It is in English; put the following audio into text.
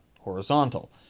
horizontal